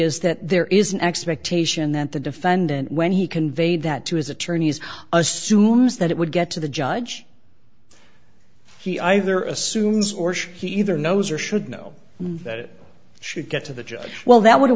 is that there is an expectation that the defendant when he conveyed that to his attorneys assumes that it would get to the judge he either assumes or she he either knows or should know that it should get to the judge well that would have